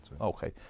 Okay